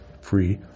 free